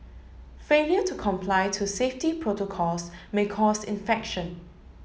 failure to comply to safety protocols may cause infection